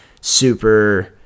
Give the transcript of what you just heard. super